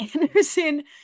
Anderson